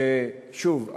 שוב,